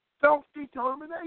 self-determination